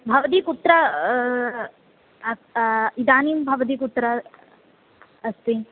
भवती कुत्र अस् इदानीं भवती कुत्र अस्ति